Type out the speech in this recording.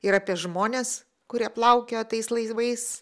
ir apie žmones kurie plaukiojo tais laisvais